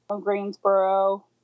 Greensboro